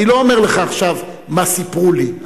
אני לא אומר לך עכשיו מה סיפרו לי,